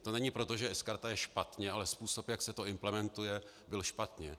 To není proto, že sKarta je špatně, ale způsob, jak se to implementuje, byl špatně.